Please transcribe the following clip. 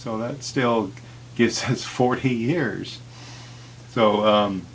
so that still gets his forty years so